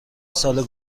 سال